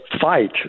fight